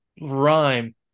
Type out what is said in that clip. rhyme